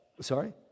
sorry